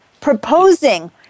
proposing